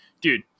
Dude